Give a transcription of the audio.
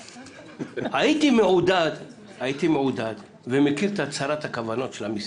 הייתי מעודד ומכיר את הצהרת הכוונות של המשרד,